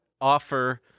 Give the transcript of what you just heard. offer